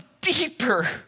deeper